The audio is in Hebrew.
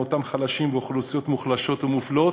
אותם חלשים ואוכלוסיות חלשות ומופלות,